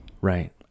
Right